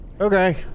Okay